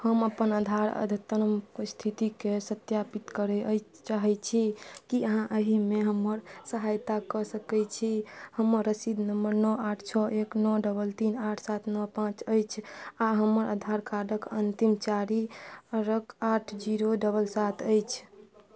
हम अपन आधार अद्यतन इस्थितिके सत्यापित करऽ चाहै छी कि अहाँ अहिमे हमर सहायता कऽ सकै छी हमर रसीद नम्बर नओ आठ छओ एक नओ डबल तीन आठ सात नओ पाँच अछि आओर हमर आधार कार्डक अन्तिम चारि अङ्क आठ जीरो डबल सात अछि